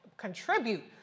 contribute